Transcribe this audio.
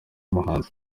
muhanzi